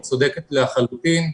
היא צודקת לחלוטין.